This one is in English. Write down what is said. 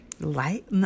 light